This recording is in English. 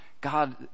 God